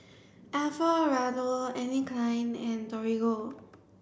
Alfio Raldo Anne Klein and Torigo